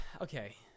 okay